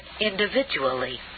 individually